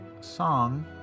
song